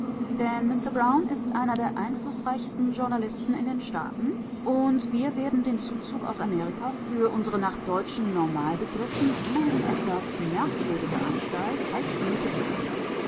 denn mister brown ist einer der einflußreichsten journalisten in den staaten und wir werden den zuzug aus amerika für unsere nach deutschen normalbegriffen immerhin etwas merkwürdige anstalt recht nötig haben